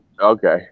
okay